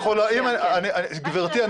גברתי,